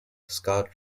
scott